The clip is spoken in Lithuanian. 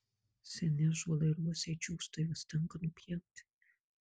seni ąžuolai ir uosiai džiūsta juos tenka nupjauti